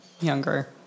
younger